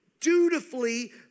dutifully